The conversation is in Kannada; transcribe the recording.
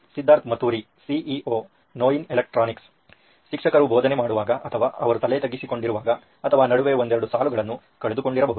Siddharth Mathuri CEO Noin electronics ಶಿಕ್ಷಕರು ಬೋಧನೆ ಮಾಡುವಾಗ ಅಥವಾ ಅವರು ತಲೆ ತಗ್ಗಿಸಿಕೊಂಡಿರುವಾಗ ಅಥವಾ ನಡುವೆ ಒಂದೆರಡು ಸಾಲುಗಳನ್ನು ಕಳೆದುಕೊಂಡಿರಬಹುದು